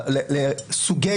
לסוגי